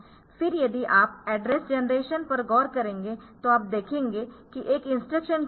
फिर यदि आप एड्रेस जनरेशन पर गौर करेंगे तो आप देखेंगे कि एक इंस्ट्रक्शन क्यू है